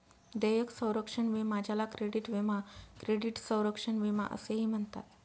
देयक संरक्षण विमा ज्याला क्रेडिट विमा क्रेडिट संरक्षण विमा असेही म्हणतात